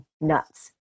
nuts